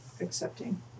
accepting